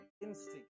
instinct